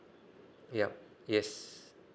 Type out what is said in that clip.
yup yes